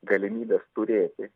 galimybės turėti